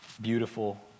beautiful